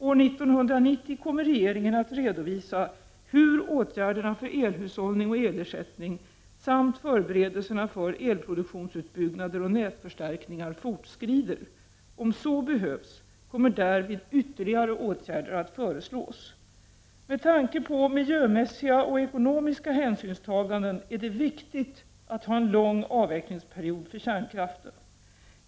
År 1990 kommer regeringen att redovisa hur åtgärderna för elhushållning och elersättning samt förberedelserna för elproduktionsutbyggnader och nätförstärkningar fortskrider. Om så behövs kommer därvid ytterligare åtgärder att föreslås. Med tanke på miljömässiga och ekonomiska hänsynstaganden är det viktigt att ha en lång avvecklingsperiod för kärnkraften.